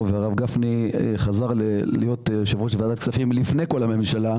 והרב גפני חזר להיות יושב ראש ועדת הכספים לפני כל הממשלה.